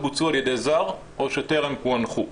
בוצעו על ידי זר או שטרם פוענחו.